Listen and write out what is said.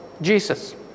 Jesus